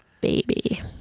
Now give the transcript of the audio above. baby